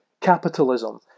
capitalism